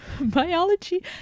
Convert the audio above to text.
biology